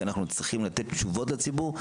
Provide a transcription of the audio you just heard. כי אנחנו צריכים לתת תשובות לציבור,